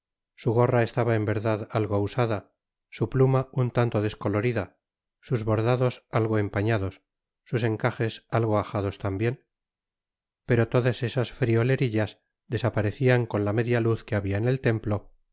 su gorra estaba en verdad algo usada su pluma un tanto descolorida sus bordados algo empañados sus encajes algo ajados tambien pero todas esas fnolerillas desaparecían con la media inz que habia en el templo